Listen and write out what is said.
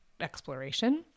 exploration